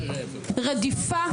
רדיפה,